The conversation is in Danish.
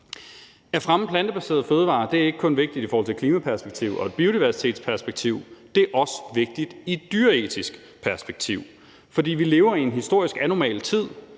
At fremme plantebaserede fødevarer er ikke kun vigtigt i forhold til et klimaperspektiv og et biodiversitetsperspektiv. Det er også vigtigt i et dyreetisk perspektiv. For vi lever i en historisk anormal tid;